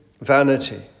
vanity